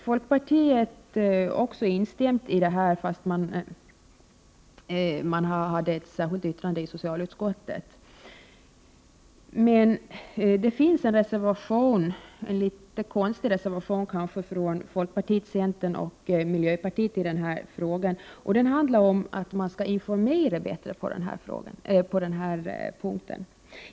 Folkpartiet instämde härvidlag, fastän man redovisade en avvikande mening till socialutskottets yttrande. Det finns en litet konstig reservation från folkpartiet, centern och miljöpartiet i denna fråga om att man skall informera bättre på den här punkten.